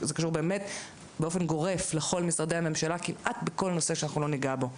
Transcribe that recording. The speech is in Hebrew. זה קשור באופן גורף לכל משרדי הממשלה כמעט בכל נושא שאנחנו לא ניגע בו.